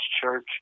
Church